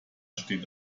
steht